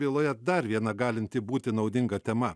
byloje dar viena galinti būti naudinga tema